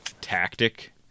tactic